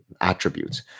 attributes